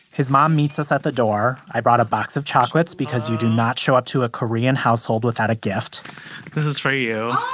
his mom meets us at the door. i brought a box of chocolates because you do not show up to a korean household without a gift this is for you